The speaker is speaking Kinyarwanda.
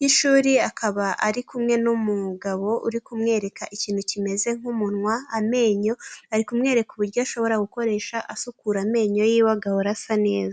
y'ishuri, akaba ari kumwe n'umugabo uri kumwereka ikintu kimeze nk'umunwa amenyo, ari kumwereka uburyo ashobora gukoresha asukura amenyo yiwe agahora asa neza.